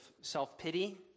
self-pity